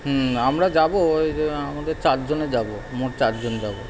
হুম আমরা যাব ওই যে আমাদের চারজনে যাব মোট চারজন যাব